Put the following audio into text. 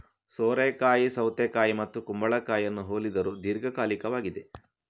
ಸೋರೆಕಾಯಿ ಸೌತೆಕಾಯಿ ಮತ್ತು ಕುಂಬಳಕಾಯಿಯನ್ನು ಹೋಲಿದರೂ ದೀರ್ಘಕಾಲಿಕವಾಗಿದೆ